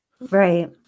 Right